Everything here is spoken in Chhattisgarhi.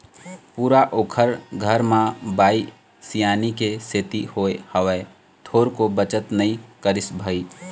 पूरा ओखर घर म बाई सियानी के सेती होय हवय, थोरको बचत नई करिस भई